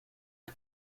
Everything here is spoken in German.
der